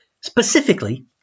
Specifically